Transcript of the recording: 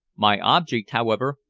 my object, however,